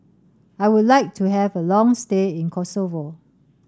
I would like to have a long stay in Kosovo